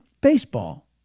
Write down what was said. Baseball